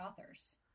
authors